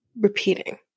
repeating